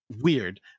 weird